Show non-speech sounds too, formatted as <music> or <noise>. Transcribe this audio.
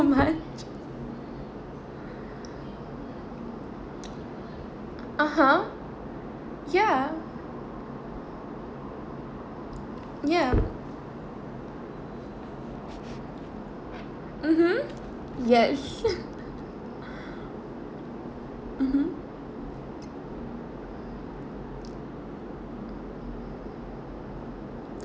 much (uh huh) ya ya mmhmm yes <laughs> mmhmm